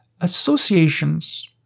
associations